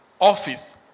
office